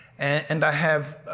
and i have.